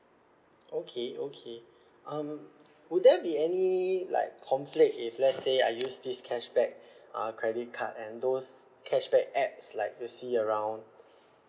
okay okay um would there be any like conflict if let's say I use this cashback uh credit card and those cashback apps like you see around